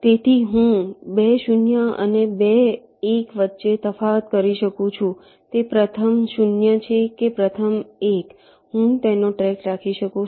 તેથી હું 2 શૂન્ય અને 2 એક વચ્ચે તફાવત કરી શકું છું કે તે પ્રથમ 0 છે કે પ્રથમ 1 હું તેનો ટ્રેક રાખી શકું છું